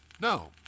No